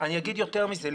אני אומר יותר זה.